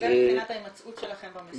זה מבחינת ההימצאות שלכם במסיבה.